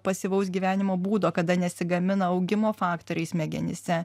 pasyvaus gyvenimo būdo kada nesigamina augimo faktoriai smegenyse